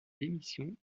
démission